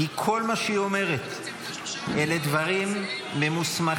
כל מה שהיא אומרת אלה דברים ממוסמכים,